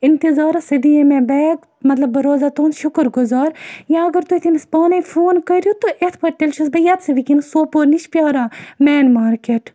اِنتِظارَس سُہ دِیہِ مےٚ بیگ مَطلَب بہٕ روزہا تُہٕنٛز شُکُر گُزار یا اگر تُہۍ تٔمِس پانے فون کٔرِو تہٕ اِتھ پٲٹھۍ تیٚلہِ چھَس بہٕ یَتس وِنکیٚنَس سوپور نِش پیاران مین مارکیٹ